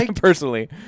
personally